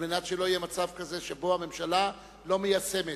על מנת שלא יהיה מצב כזה שבו הממשלה לא מיישמת.